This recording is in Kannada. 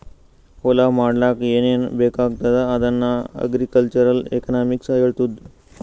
ಹೊಲಾ ಮಾಡ್ಲಾಕ್ ಏನೇನ್ ಬೇಕಾಗ್ತದ ಅದನ್ನ ಅಗ್ರಿಕಲ್ಚರಲ್ ಎಕನಾಮಿಕ್ಸ್ ಹೆಳ್ತುದ್